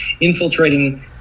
infiltrating